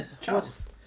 Charles